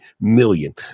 million